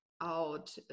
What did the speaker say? out